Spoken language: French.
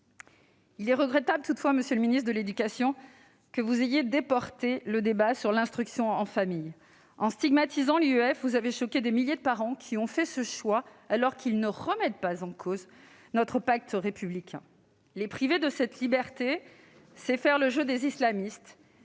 regrettable, monsieur le ministre de l'éducation, que vous ayez déporté le débat sur l'instruction en famille (IEF). En stigmatisant l'IEF, vous avez choqué des milliers de parents qui ont fait ce choix alors qu'ils ne remettent pas en cause notre pacte républicain. Les priver de cette liberté, c'est faire le jeu des islamistes